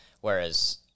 whereas